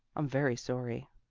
i'm very sorry.